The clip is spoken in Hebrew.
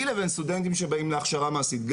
לבין סטודנטים שבאים להכשרה מעשית,